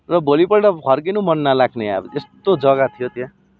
र भोलिपल्ट फर्किनु मन नलाग्ने अब यस्तो जग्गा थियो त्यहाँ